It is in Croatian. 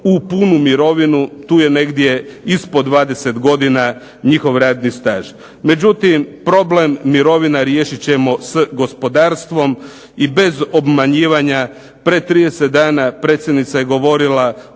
u punu mirovinu, tu je negdje ispod 20 godina njihov radni staž. Međutim, problem mirovina riješit ćemo s gospodarstvom i bez obmanjivanja pred 30 dana predsjednica je govorila